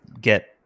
get